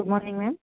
good morning ma'am